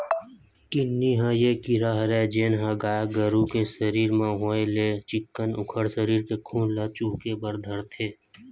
किन्नी ह ये कीरा हरय जेनहा गाय गरु के सरीर म होय ले चिक्कन उखर सरीर के खून ल चुहके बर धरथे